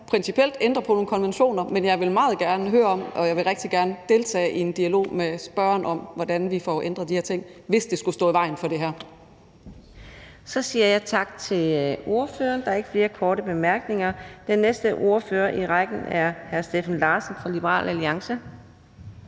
principielt ændrer på nogle konventioner, men jeg vil meget gerne høre om og jeg vil rigtig gerne deltage i en dialog med spørgeren om, hvordan vi får ændret de her ting, hvis de skulle stå i vejen for det her. Kl. 13:38 Fjerde næstformand (Karina Adsbøl): Så siger jeg tak til ordføreren. Der er ikke flere korte bemærkninger. Den næste ordfører i rækken er hr. Steffen Larsen fra Liberal Alliance.